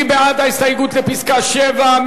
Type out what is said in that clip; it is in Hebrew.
מי בעד ההסתייגות לפסקה (7)?